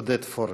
עודד פורר.